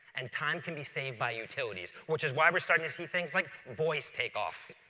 and time can be saved by utilities, which is why we're starting to see things like voice take off.